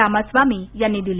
रामास्वामी यांनी दिली